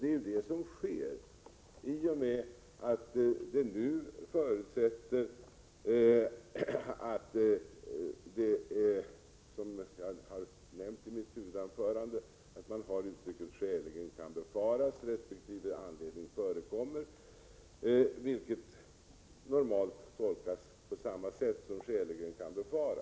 Det är ju det som sker i och med att man, som jag har nämnt i mitt huvudanförande, tar bort uttrycket ”skäligen kan befaras” resp. ”anledning förekommer” — vilket normalt tolkas på samma sätt som ”skäligen kan befaras”.